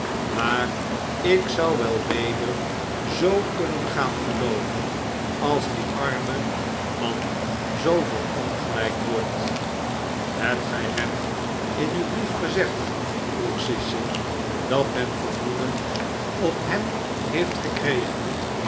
maar ik zou wel weder zoo kunnen gaan gelooven als die arme man zoo verongelijkt wordt hebt gij hem in uw brief gezegd vroeg sissy dat men vermoeden op hem heeft gekregen